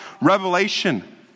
revelation